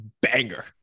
Banger